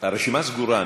הרשימה סגורה.